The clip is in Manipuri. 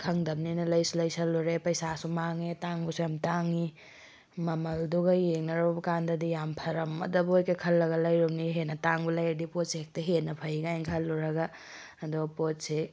ꯈꯪꯗꯕꯅꯤꯅ ꯂꯩꯁꯨ ꯂꯩꯁꯜꯂꯨꯔꯦ ꯄꯩꯁꯥꯁꯨ ꯃꯥꯡꯉꯦ ꯇꯥꯡꯕꯁꯨ ꯌꯥꯝ ꯇꯥꯡꯉꯤ ꯃꯃꯜꯗꯨꯒ ꯌꯦꯡꯅꯔꯨꯕꯀꯥꯟꯗꯗꯤ ꯌꯥꯝ ꯐꯔꯝꯃꯗꯕꯣꯏꯒ ꯈꯜꯂꯒ ꯂꯩꯔꯨꯕꯅꯤ ꯍꯦꯟꯅ ꯇꯥꯡꯕ ꯂꯩꯔꯗꯤ ꯄꯣꯠꯁꯤ ꯍꯦꯛꯇ ꯍꯦꯟꯅ ꯐꯩ ꯀꯥꯏꯅ ꯈꯜꯂꯨꯔꯒ ꯑꯗꯣ ꯄꯣꯠꯁꯦ